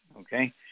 Okay